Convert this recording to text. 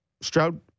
Stroud